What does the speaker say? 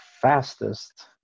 fastest